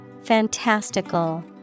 Fantastical